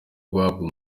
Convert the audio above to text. guhabwa